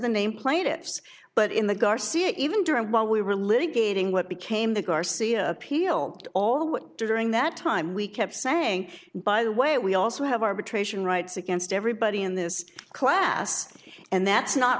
the name played it but in the garcia even during while we were litigating what became the garcia appealed all during that time we kept saying by the way we also have arbitration rights against everybody in this class and that's not